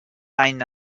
any